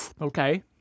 Okay